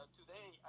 today